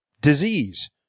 Disease